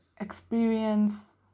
experience